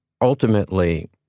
ultimately